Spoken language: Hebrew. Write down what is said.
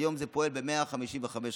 כיום זה פועל ב-155 רשויות.